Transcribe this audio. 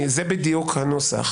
זה בדיוק הנוסח